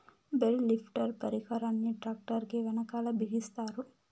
bale lifter పరికరాన్ని tractor కీ వెనకాల బిగిస్తారు